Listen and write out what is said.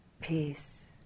peace